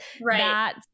Right